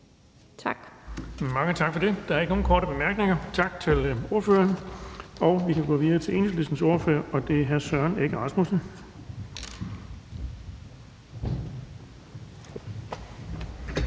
(Erling Bonnesen): Der er ikke nogen korte bemærkninger, så tak til ordføreren. Vi kan gå videre til Enhedslistens ordfører, og det er hr. Søren Egge Rasmussen.